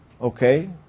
Okay